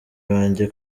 banjye